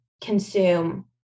consume